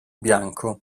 bianco